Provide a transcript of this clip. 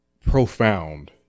profound